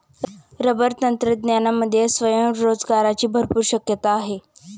rubber तंत्रज्ञानामध्ये स्वयंरोजगाराची भरपूर शक्यता आहे